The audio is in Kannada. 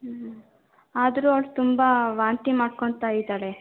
ಹ್ಞೂ ಆದರೂ ಅವಳು ತುಂಬ ವಾಂತಿ ಮಾಡ್ಕೊತಾ ಇದ್ದಾಳೆ